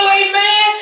amen